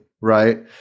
Right